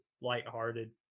lighthearted